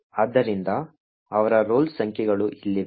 ಆದ್ದರಿಂದ ಅವರ ರೋಲ್ ಸಂಖ್ಯೆಗಳು ಇಲ್ಲಿವೆ